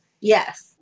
Yes